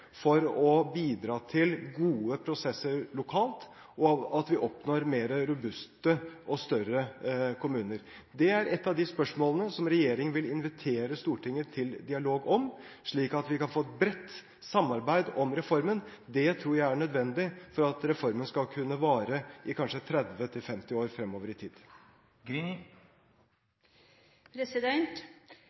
for å bidra til gode prosesser lokalt, og for at vi oppnår mer robuste og større kommuner. Det er et av de spørsmålene som regjeringen vil invitere Stortinget til dialog om, slik at vi kan få et bredt samarbeid om reformen. Det tror jeg er nødvendig for at reformen skal kunne vare i kanskje 30–50 år fremover i tid.